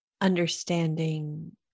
understanding